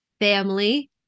family